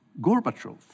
Gorbachev